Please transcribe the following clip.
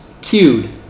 Cued